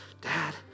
dad